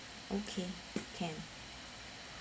mm okay can